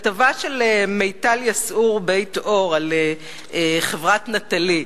כתבה של מיטל יסעור בית-אור על חברת "נטלי"